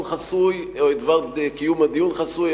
חסוי או את דבר קיום הדיון חסוי,